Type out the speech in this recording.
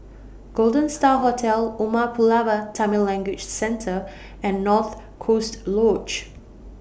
Golden STAR Hotel Umar Pulavar Tamil Language Centre and North Coast Lodge